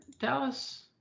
dallas